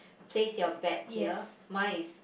place your bet here mine is